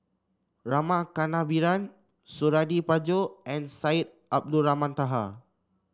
Rama Kannabiran Suradi Parjo and Syed Abdulrahman Taha